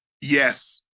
Yes